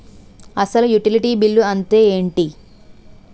అసలు utility bill అంతే ఎంటి?